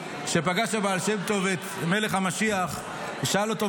כשפגש הבעל שם טוב את מלך המשיח ושאל אותו,